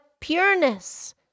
pureness